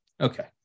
Okay